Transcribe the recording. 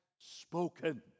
spoken